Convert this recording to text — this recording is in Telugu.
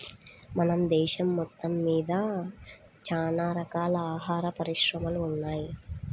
మన దేశం మొత్తమ్మీద చానా రకాల ఆహార పరిశ్రమలు ఉన్నయ్